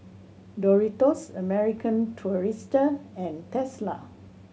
Doritos American Tourister and Tesla